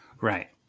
Right